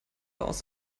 aus